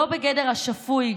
בגדר השפוי,